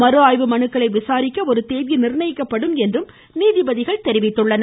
மறுஆய்வு மனுக்களை விசாரிக்க ஒரு தேதி நிர்ணயிக்கப்படும் என்றும் நீதிபதிகள் தெரிவித்தனர்